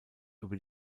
über